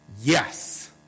yes